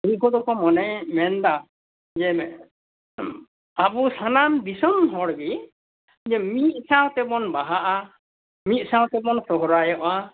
ᱱᱩᱠᱩ ᱫᱚᱠᱚ ᱢᱚᱱᱮ ᱢᱮᱱᱫᱟ ᱡᱮ ᱟᱵᱚ ᱥᱟᱱᱟᱢ ᱫᱤᱥᱚᱢ ᱦᱚᱲᱜᱮ ᱟᱫᱚ ᱢᱤᱛ ᱥᱟᱸᱣᱛᱮ ᱡᱮᱢᱚᱱ ᱵᱟᱦᱟᱜᱼᱟ ᱢᱤᱛ ᱥᱟᱸᱣᱛᱮ ᱵᱚᱱ ᱥᱚᱦᱚᱨᱟᱭᱚᱜᱼᱟ